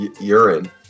Urine